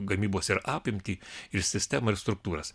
gamybos ir apimtį ir sistemą ir struktūras